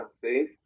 see